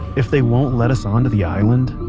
if they won't let us onto the island,